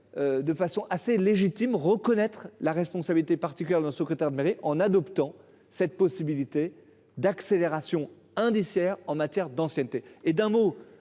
De façon assez légitime reconnaître la responsabilité particulière de la secrétaire de mairie en adoptant cette possibilité d'accélération indiciaire en matière d'ancienneté et d'un mot,